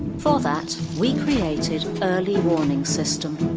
for that, we created early warning system,